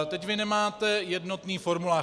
Teď vy nemáte jednotný formulář.